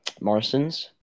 Morrisons